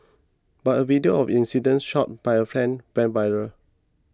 but a video of incident shot by a friend went viral